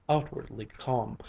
outwardly calm,